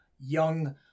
young